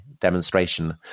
demonstration